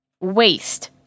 Waste